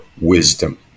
wisdom